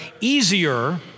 easier